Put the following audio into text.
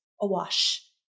awash